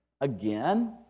again